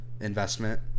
investment